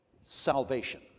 salvation